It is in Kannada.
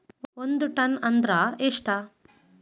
ಒಂದ್ ಟನ್ ಅಂದ್ರ ಎಷ್ಟ?